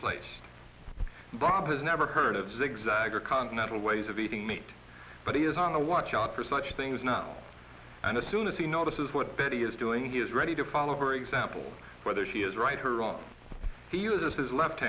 placed bob has never heard of zigzag or continental ways of eating meat but he is on a watch out for such things now and as soon as he know this is what betty is doing he is ready to fall over example whether he is right or on he uses his left